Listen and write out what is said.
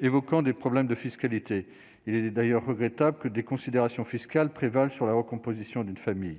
évoquant des problèmes de fiscalité, il est d'ailleurs regrettable que des considérations fiscales prévalent sur la recomposition d'une famille